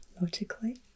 logically